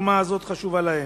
התרומה הזאת חשובה להם.